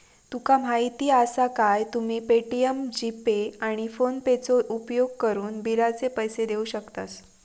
तुका माहीती आसा काय, तुम्ही पे.टी.एम, जी.पे, आणि फोनेपेचो उपयोगकरून बिलाचे पैसे देऊ शकतास